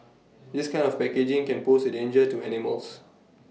this kind of packaging can pose A danger to animals